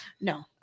No